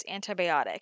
antibiotic